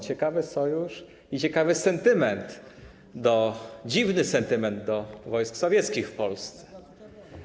Ciekawy sojusz i ciekawy sentyment, dziwny sentyment do wojsk sowieckich w Polsce.